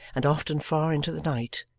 and often far into the night,